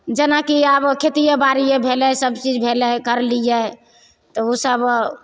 जेनाकि आब खेतिए बाड़िए भेलै सबचीज भेलै करलियै तऽ ओ सब